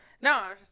No